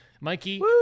Mikey